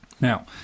Now